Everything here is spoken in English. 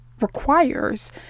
requires